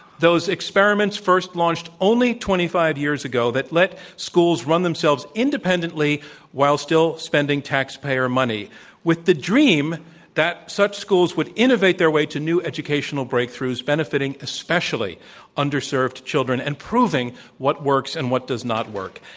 those experiments first launched only twenty five years ago, that let schools run themselves independently while still spending taxpayer money with the dream that such schools would innovate their way to new educational breakthroughs, benefiting especially underserved children, and proving what works and what does not work.